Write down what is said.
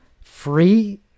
Free